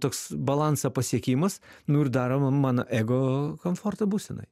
toks balansą pasiekimas nu ir daroma mano ego komforto būsenoj